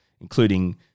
including